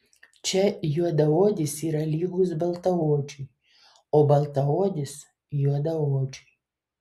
čia juodaodis yra lygus baltaodžiui o baltaodis juodaodžiui